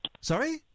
Sorry